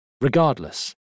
Regardless